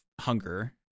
hunger